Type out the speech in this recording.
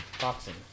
boxing